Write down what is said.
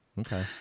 okay